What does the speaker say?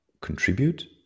contribute